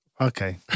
Okay